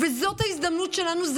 וזאת ההזדמנות שלנו.